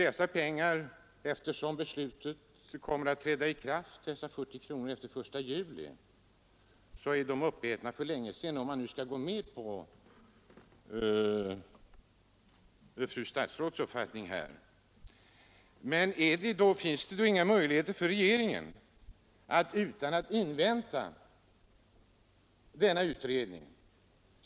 Eftersom detta beslut inte träder i kraft förrän efter den 1 juli, är denna höjning uppäten för länge sedan även enligt fru statsrådets uppfattning. Men finns det då inga möjligheter för regeringen att ta initiativ utan att invänta denna utredning?